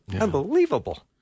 Unbelievable